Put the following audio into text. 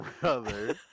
Brother